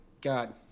God